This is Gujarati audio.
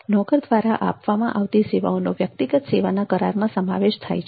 નોકર દ્વારા આપવામાં આવતી સેવાઓનો વ્યક્તિગત સેવાના કરારમાં સમાવેશ થાય છે